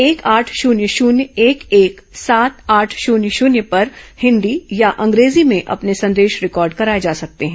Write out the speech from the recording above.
एक आठ शून्य शून्य एक एक सात आठ शून्य शून्य पर हिंदी या अंग्रेजी में अपने संदेश रिकॉर्ड कराए जा सकते हैं